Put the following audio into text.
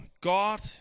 God